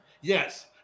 Yes